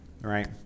right